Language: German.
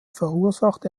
verursacht